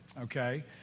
okay